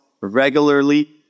regularly